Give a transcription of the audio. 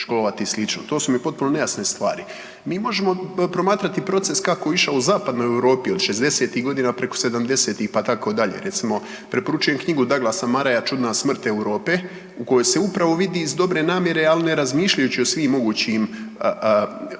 to su mi potpuno nejasne stvari. Mi možemo promatrati proces kako je išao u zapadnoj Europi od 60.-tih godina preko 70.-tih, pa tako dalje. Recimo preporučujem knjigu Douglasa Murraya „Čudna smrt Europe“ u kojoj se upravo vidi iz dobre namjere, al ne razmišljajući o svim mogućim